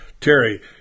Terry